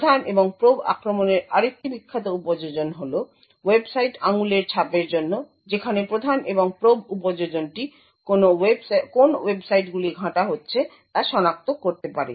প্রধান এবং প্রোব আক্রমণের আরেকটি বিখ্যাত উপযোজন হল ওয়েবসাইট আঙুলের ছাপের জন্য যেখানে প্রধান এবং প্রোব উপযোজনটি কোন ওয়েবসাইটগুলি ঘাঁটা হচ্ছে তা সনাক্ত করতে পারে